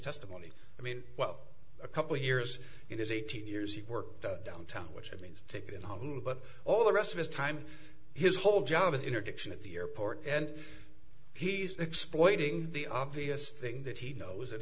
testimony i mean well a couple years in his eighteen years he worked downtown which i mean he's taken home but all the rest of his time his whole job is interdiction at the airport and he's exploiting the obvious thing that he knows